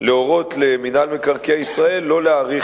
להורות למינהל מקרקעי ישראל שלא להאריך